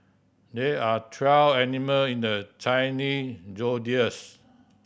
there are twelve animal in the zodiacs